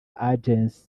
agency